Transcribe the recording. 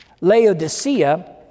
Laodicea